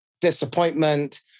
disappointment